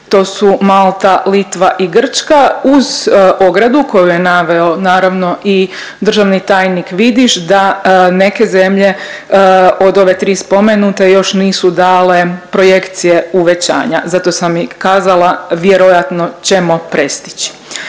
to su Malta, Litva i Grčka uz ogradu koju je naveo, naravno i državni tajnik Vidiš da neke zemlje od ove tri spomenute još nisu dale projekcije uvećanja, zato sam i kazala vjerojatno ćemo prestići.